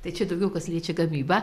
tai čia daugiau kas liečia gamybą